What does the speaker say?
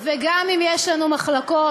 וגם אם יש לנו מחלוקות,